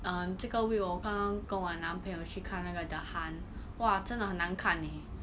um 这个 week 我刚刚跟我男朋友去看那个 the hunt 哇真的很难看 eh